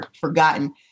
forgotten